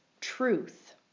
truth